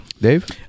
Dave